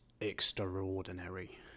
extraordinary